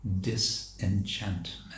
disenchantment